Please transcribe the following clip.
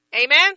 amen